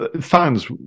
fans